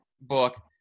book